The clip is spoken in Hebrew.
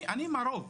אני עם הרוב.